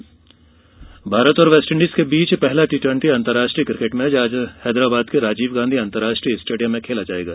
cricket Bharat और West Indies के बीच पहला टी ट्वेटी अंतर्राष्ट्रीय क्रिकेट मैच आज हैदराबाद के राजीव गांधी अंतर्राष्ट्रीय स्टेडियम में खेला जाएगा